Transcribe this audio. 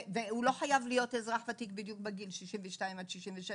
והוא לא חייב להיות אזרח ותיק בדיוק ביל 62 67,